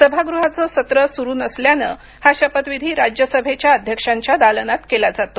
सभागृहाचे सत्र सुरु नसल्यास हा शपथविधी राज्यसभेच्या अध्यक्षांच्या दालनात केला जातो